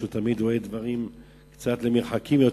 שהוא תמיד רואה דברים יותר למרחקים,